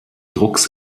drucks